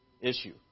issue